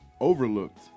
overlooked